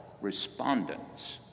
respondents